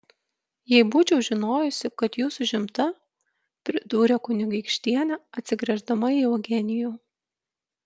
jei būčiau žinojusi kad jūs užimta pridūrė kunigaikštienė atsigręždama į eugenijų